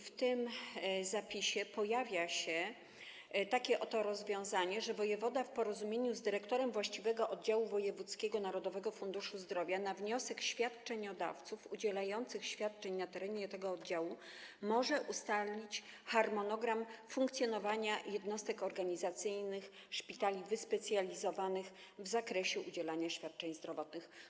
W tym zapisie pojawia się takie oto rozwiązanie, że wojewoda w porozumieniu z dyrektorem właściwego oddziału wojewódzkiego Narodowego Funduszu Zdrowia na wniosek świadczeniodawców udzielających świadczeń na terenie tego oddziału może ustalić harmonogram funkcjonowania jednostek organizacyjnych szpitali wyspecjalizowanych w zakresie udzielania świadczeń zdrowotnych.